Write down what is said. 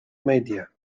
media